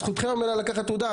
זכותכם המלאה לקחת תעודה.